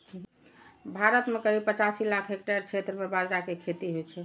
भारत मे करीब पचासी लाख हेक्टेयर क्षेत्र मे बाजरा के खेती होइ छै